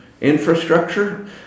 infrastructure